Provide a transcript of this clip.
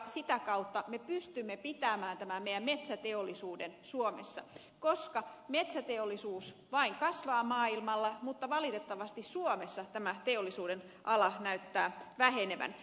sitä kautta me pystymme pitämään metsäteollisuuden suomessa koska metsäteollisuus vain kasvaa maailmalla mutta valitettavasti suomessa tämä teollisuudenala näyttää vähenevän